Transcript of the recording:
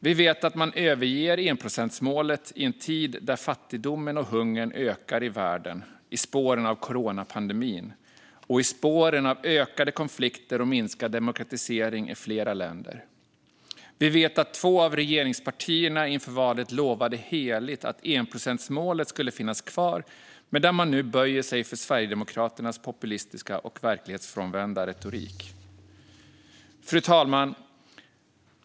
Vi vet att man överger enprocentsmålet i en tid då fattigdomen och hungern ökar i världen i spåren av coronapandemin och i spåren av ökade konflikter och minskad demokratisering i flera länder. Vi vet att två av regeringspartierna inför valet lovade heligt att enprocentsmålet skulle finnas kvar, men nu böjer man sig för Sverigedemokraternas populistiska och verklighetsfrånvända retorik. Fru talman!